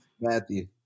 Matthew